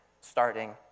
starting